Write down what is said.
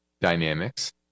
dynamics